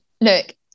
look